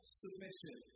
submission